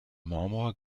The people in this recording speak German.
marmor